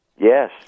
Yes